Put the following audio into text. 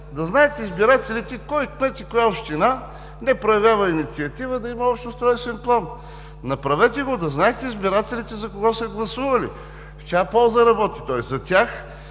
да знаят избирателите кой кмет и коя община не проявява инициатива, за да има общ устройствен план. Направете го, за да знаят избирателите за кого са гласували и в чия полза работи той – за тях